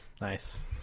Nice